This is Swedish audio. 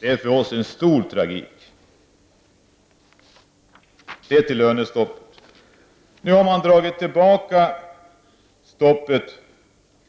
Detta är för oss en stor tragik. Det är inte lönestoppet som är stor tragik. Nu har regeringen dragit tillbaka förslaget